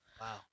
Wow